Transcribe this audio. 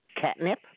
Catnip